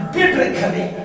biblically